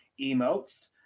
emotes